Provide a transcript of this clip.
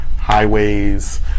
highways